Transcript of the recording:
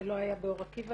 זה לא היה באור עקיבא.